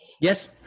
Yes